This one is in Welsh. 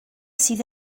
sydd